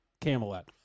Camelot